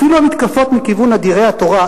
אפילו המתקפות מכיוון אדירי תורה,